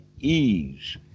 ease